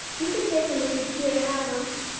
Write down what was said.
you can take em if you'd keer to have em.